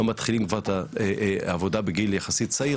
המתחילים את העבודה בגיל יחסית צעיר,